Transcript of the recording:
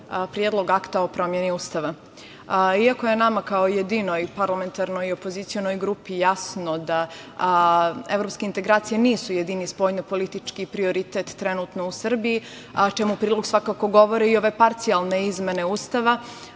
Predlog akta o promeni Ustava. Iako je nama kao jedinoj parlamentarnoj opozicionoj grupi jasno da evropske integracije nisu jedini spoljno-politički prioritet trenutno u Srbiji, a čemu u prilog svakako govore i ove parcijalne izmene Ustava,